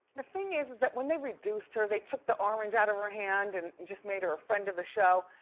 the thing is is that when they reduced her, they took the orange out of her hand and just made her a friend of the show.